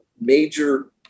major